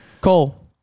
Cole